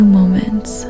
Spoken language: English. moments